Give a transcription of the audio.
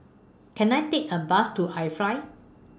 Can I Take A Bus to IFly